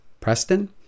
Preston